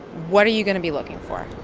what are you going to be looking for?